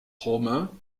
romain